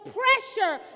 pressure